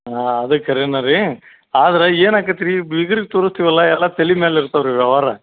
ಹಾಂ ಅದು ಖರೆನೇ ರೀ ಆದ್ರೆ ಏನು ಆಗತ್ರಿ ಬೀಗ್ರಿಗೆ ತೋರಿಸ್ತೀವಲ್ಲ ಎಲ್ಲ ತಲೆ ಮೇಲೆ ಇರ್ತವೆ ರೀ ವ್ಯವಹಾರ